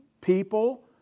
people